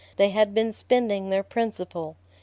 they had been spending their principal.